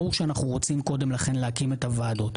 ברור שאנחנו רוצים קודם לכן להקים את הוועדות.